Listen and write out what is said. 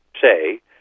say